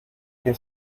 que